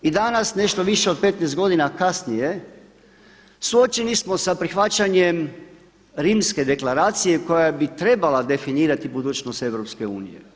I danas nešto više od 15 godina kasnije suočeni smo sa prihvaćanjem Rimske deklaracije koja bi trebala definirati budućnost EU.